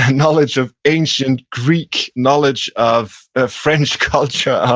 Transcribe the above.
knowledge of ancient greek, knowledge of ah french culture,